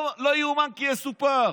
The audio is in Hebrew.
לא יאומן כי יסופר.